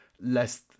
less